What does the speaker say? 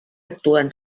actuen